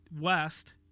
west